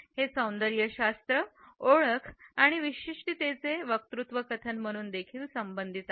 हे सौंदर्यशास्त्र ओळख आणि विशिष्टतेचे वक्तृत्वकथन म्हणून देखील संबंधित आहे